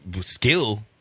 skill